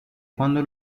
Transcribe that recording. quando